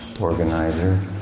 organizer